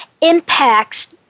impacts